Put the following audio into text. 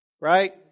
Right